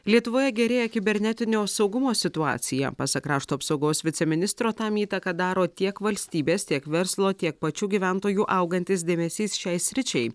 lietuvoje gerėja kibernetinio saugumo situacija pasak krašto apsaugos viceministro tam įtaką daro tiek valstybės tiek verslo tiek pačių gyventojų augantis dėmesys šiai sričiai